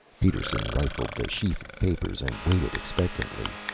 peterson riffled the sheaf of papers and waited expectantly.